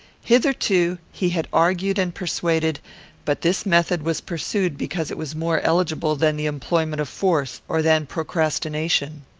hitherto he had argued and persuaded but this method was pursued because it was more eligible than the employment of force, or than procrastination.